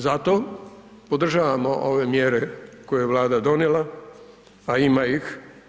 Zato podržavamo ove mjere koje je Vlada donijela a ima ih.